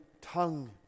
tongue